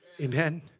Amen